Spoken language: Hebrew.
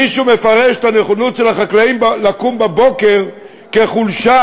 מישהו מפרש את הנכונות של החקלאים לקום בבוקר כחולשה